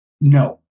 No